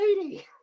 lady